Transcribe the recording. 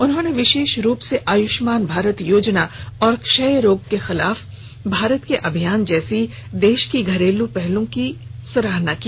उन्होंने विशेष रूप से आयुष्मान भारत योजना और क्षय रोग के खिलाफ भारत के अभियान जैसी देश की घरेलू पहलों की भी सराहना की